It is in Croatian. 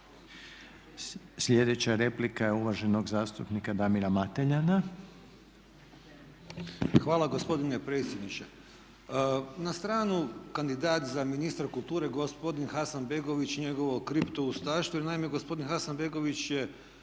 Sljedeća replika je uvaženog zastupnika Damira Mateljana. **Mateljan, Damir (SDP)** Hvala gospodine predsjedniče. Na stranu kandidat za ministra kulture gospodin Hasanbegović i njegovo kripto ustaštvo, jer naime gospodin Hasanbegović je